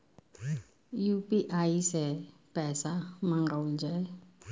UPI सै पैसा मंगाउल जाय?